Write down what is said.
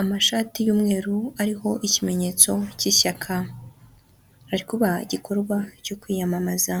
amashati y'umweru, ariho ikimenyetso cy'ishyaka. Hari kuba igikorwa cyo kwiyamamaza.